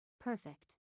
Perfect